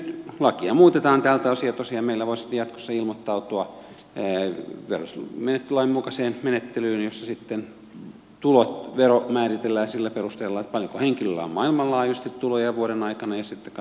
nyt lakia muutetaan tältä osin ja tosiaan meillä voi sitten jatkossa ilmoittautua verotusmenettelylain mukaiseen menettelyyn jossa tulovero määritellään sillä perusteella paljonko henkilöllä on maailmanlaajuisesti tuloja vuoden aikana ja sitten katsotaan paljonko niitä on suomessa